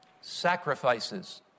sacrifices